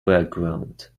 background